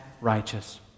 righteous